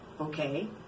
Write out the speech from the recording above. Okay